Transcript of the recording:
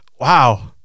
Wow